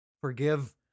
forgive